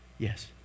Yes